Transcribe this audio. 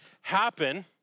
happen